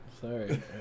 Sorry